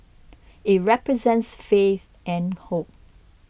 it represents faith and hope